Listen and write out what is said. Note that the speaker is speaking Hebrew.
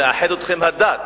מאחדת אתכם הדת.